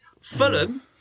Fulham